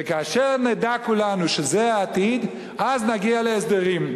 וכאשר נדע כולנו שזה העתיד, אז נגיע להסדרים.